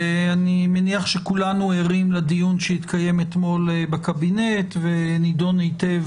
ואני מניח שכולנו ערים לדיון שהתקיים אתמול בקבינט ונידון היטב